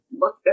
look